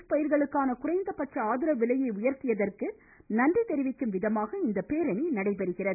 ப் பயிர்களுக்கான குறைந்த பட்ச ஆதரவு விலையை உயர்த்தியதற்கு நன்றி தெரிவிக்கும் விதமாக இப்பேரணி நடைபெறுகிறது